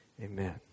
Amen